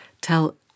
Tell